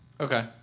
Okay